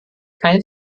keine